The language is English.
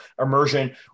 immersion